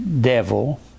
devil